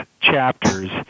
chapters